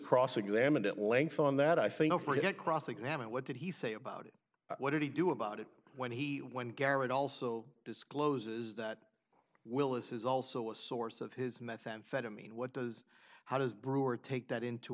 cross examined at length on that i think for it cross examined what did he say about it what did he do about it when he when garrett also discloses that willis is also a source of his methamphetamine what does how does brewer take that into